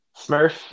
Smurf